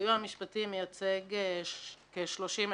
הסיוע המשפטי מייצג כ-30,000